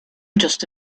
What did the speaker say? just